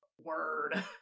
Word